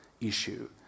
issue